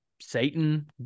satan